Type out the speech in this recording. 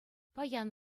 паян